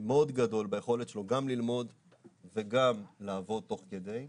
מאוד גדול ביכולת שלו גם ללמוד וגם לעבוד תוך כדי.